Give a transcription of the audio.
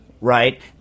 right